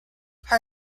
her